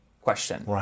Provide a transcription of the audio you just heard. question